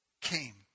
came